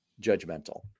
judgmental